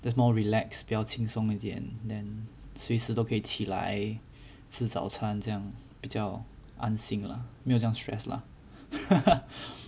just more relax 比较轻松一点 then 随时都可以起来吃早餐这样比较安心啦没有这样 stress lah